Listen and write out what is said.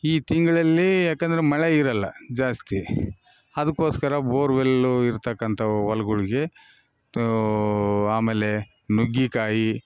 ಈ ತಿಂಗಳಲ್ಲಿ ಯಾಕಂದ್ರೆ ಮಳೆ ಇರೋಲ್ಲ ಜಾಸ್ತಿ ಅದಕೋಸ್ಕರ ಬೋರ್ವೆಲ್ಲು ಇರ್ತಕ್ಕಂಥವು ಹೊಲ್ಗುಳಿಗೆ ಆಮೇಲೆ ನುಗ್ಗಿಕಾಯಿ